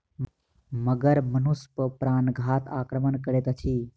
मगर मनुष पर प्राणघातक आक्रमण करैत अछि